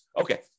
Okay